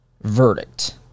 verdict